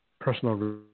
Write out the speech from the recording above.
personal